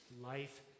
life